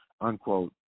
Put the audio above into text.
unquote